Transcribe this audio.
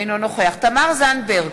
אינו נוכח תמר זנדברג,